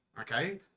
Okay